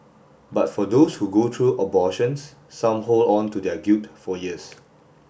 but for those who go through abortions some hold on to their guilt for years